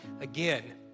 again